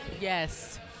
Yes